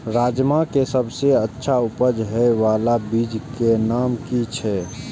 राजमा के सबसे अच्छा उपज हे वाला बीज के नाम की छे?